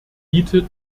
bietet